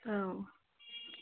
औ